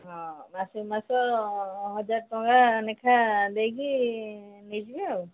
ହଁ ମାସକୁ ମାସ ହଜାର ଟଙ୍କା ଲେଖା ଦେଇକି ନେଇଯିବେ ଆଉ